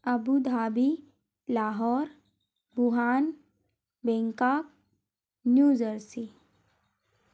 Abu Dhabi Lahore Wuhan बेंका New Jersey